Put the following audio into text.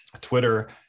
Twitter